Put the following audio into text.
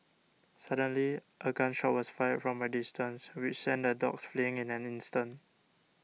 suddenly a gun shot was fired from a distance which sent the dogs fleeing in an instant